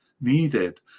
needed